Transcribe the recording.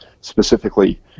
specifically